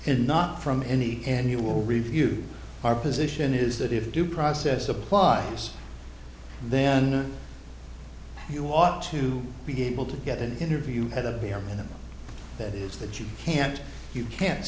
and not from any annual review our position is that if due process apply us then you ought to be able to get an interview at the bare minimum that is that you can't you can't